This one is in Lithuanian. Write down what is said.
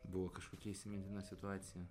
buvo kažkokia įsimintina situacija